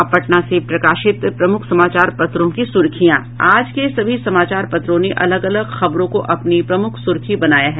अब पटना से प्रकाशित प्रमुख समाचार पत्रों की सुर्खियां आज के सभी समाचार पत्रों ने अलग अलग खबरों को अपनी प्रमुख सुर्खी बनाया है